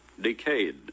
decayed